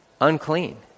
Unclean